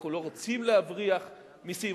אנחנו לא רוצים להבריח מסים,